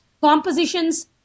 compositions